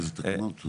איזה תקנות?